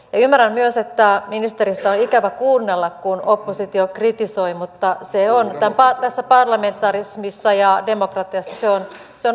ymmärrän myös että ministeristä on ikävä kuunnella kun oppositio kritisoi mutta se on tässä parlamentarismissa ja demokratiassa opposition tehtävä